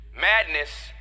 madness